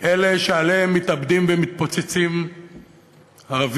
אלה שעליהם מתאבדים ומתפוצצים ערבים,